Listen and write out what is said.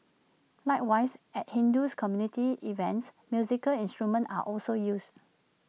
likewise at Hindu community events musical instruments are also used